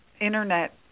internet